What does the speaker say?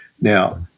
Now